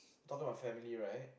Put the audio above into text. talking about family right